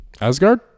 Asgard